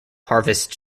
harvests